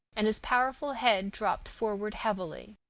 and his powerful head drooped forward heavily.